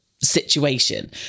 situation